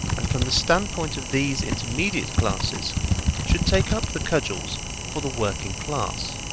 and from the standpoint of these intermediate classes should take up the cudgels for the working class.